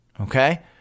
Okay